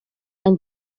and